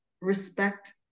respect